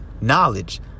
knowledge